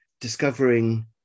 discovering